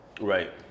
Right